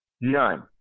None